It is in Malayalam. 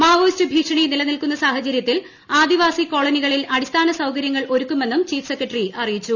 മാവോയിസ്റ് ഭീഷണി നിലനിൽക്കുന്ന സാഹചര്യത്തിൽ ആദിവാസി കോളനികളിൽ അടിസ്ഥാന സൌകര്യങ്ങൾ ഒരുക്കുമെന്നും ചീഫ് സെക്രട്ടറി പറഞ്ഞു